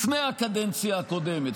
לפני הקדנציה הקודמת,